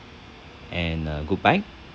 and uh goodbye